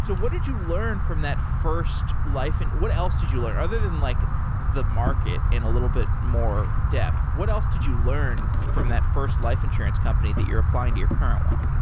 so what did you learn from that first life and what else did you learn, other than like the market in a little bit more depth? what else did you learn from that first life insurance company that you're applying to your current one?